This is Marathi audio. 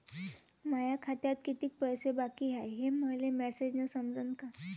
माया खात्यात कितीक पैसे बाकी हाय हे मले मॅसेजन समजनं का?